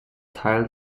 teil